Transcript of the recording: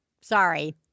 sorry